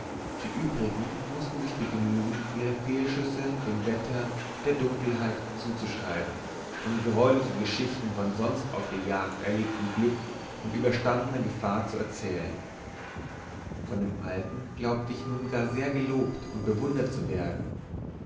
die übrigen mußten sich begnügen ihre fehlschüsse dem wetter der dunkelheit zuzuschreiben und greuliche geschichten von sonst auf der jagd erlebtem glück und überstandener gefahr zu erzählen von dem alten glaubte ich nun gar sehr gelobt und bewundert zu werden